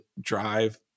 drive